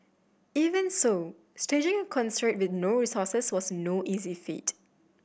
even so staging concert with no resources was no easy feat